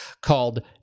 called